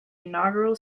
inaugural